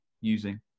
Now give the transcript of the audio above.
using